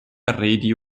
arredi